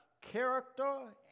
character